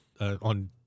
on